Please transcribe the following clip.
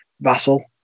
Vassal